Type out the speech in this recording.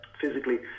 physically